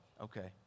okay